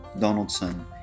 Donaldson